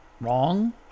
wrong